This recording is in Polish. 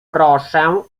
proszę